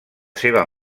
seva